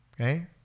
okay